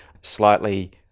slightly